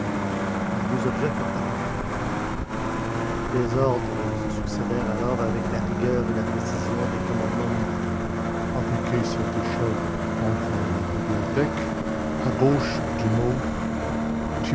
les deux objets furent apportés les ordres se succédèrent alors avec la rigueur et la précision de commandements militaires appliquez cette échelle contre la bibliothèque à gauche du mot